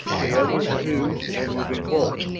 the others, too, were moving forward.